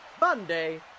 Monday